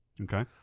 Okay